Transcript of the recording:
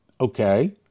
Okay